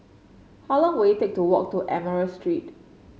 how long will it take to walk to Admiralty Street